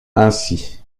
ainsi